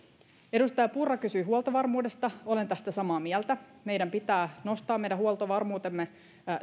edustaja purra kysyi huoltovarmuudesta olen tästä samaa mieltä meidän pitää nostaa meidän huoltovarmuutemme